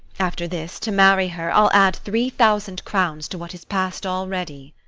after this, to marry her, i'll add three thousand crowns to what is pass'd already.